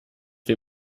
wir